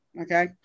Okay